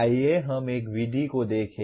आइए हम एक विधि को देखें